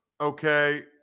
Okay